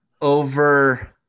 over